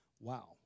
Wow